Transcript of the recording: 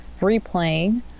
replaying